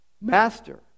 Master